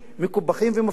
מקופחים ומופלים,